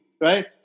right